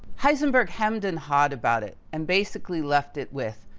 heisenberg, hemmed and hawed about it, and basically left it with,